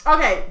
Okay